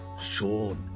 Sean